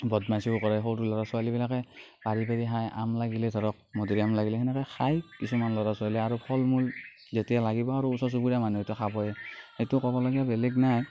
বদমাছিও কৰে সৰু ল'ৰা ছোৱালীবিলাকে পাৰি পাৰি খায় আম লাগিলে ধৰক মধুৰি আম লাগিলে সেনেকৈ খায় কিছুমান লৰা ছোৱালীয়ে আৰু ফল মূল যেতিয়া লাগিব আৰু ওচৰ চুবুৰীয়া মানুহেতো খাবই সেইটো ক'বলগীয়া বেলেগ নাই